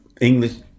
English